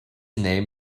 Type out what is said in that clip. name